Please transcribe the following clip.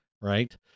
right